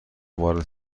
وارد